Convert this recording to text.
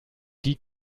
die